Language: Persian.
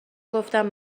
گفتم